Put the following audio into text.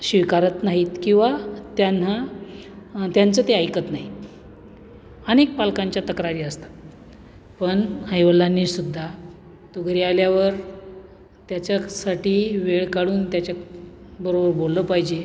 स्वीकारत नाहीत किंवा त्यांना त्यांचं ते ऐकत नाहीत अनेक पालकांच्या तक्रारी असतात पण आईवडिलांनीसुद्धा तो घरी आल्यावर त्याच्याक् साठी वेळ काढून त्याच्याबरोबर बोललं पाहिजे